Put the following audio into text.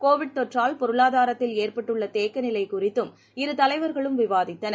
Covid தொற்றால் பொருளாதாரத்தில் ஏற்பட்டுள்ள தேக்க நிலை குறித்தும் இரு தலைவர்களும் விவாதித்தனர்